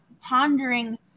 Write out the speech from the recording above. pondering